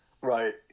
Right